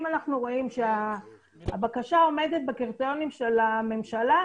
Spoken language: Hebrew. אם אנחנו רואים שהבקשה עומדת בקריטריונים של הממשלה,